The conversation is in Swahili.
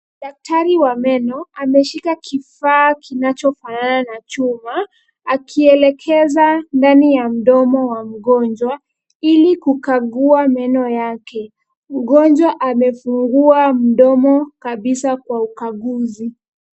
Daktari wa meno ameshika kifaa kinachofanana na chuma, akielekeza ndani ya mdomo wa mgonjwa ili kukagua meno yake. Mgonjwa amefungua mdomo kabisa kwa ukaguzi.